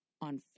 on